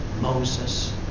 Moses